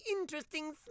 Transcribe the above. interesting